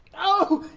oh,